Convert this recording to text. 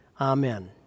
Amen